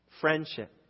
Friendship